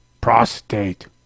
prostate